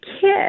kid